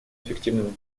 эффективным